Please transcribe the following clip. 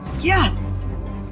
Yes